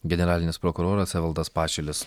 generalinis prokuroras evaldas pašilis